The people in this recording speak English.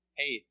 hey